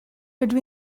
rydw